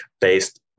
based